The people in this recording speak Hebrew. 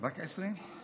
רק 20?